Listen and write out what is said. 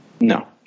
No